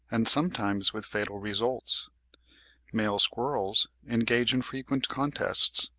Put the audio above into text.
and sometimes with fatal results male squirrels engage in frequent contests,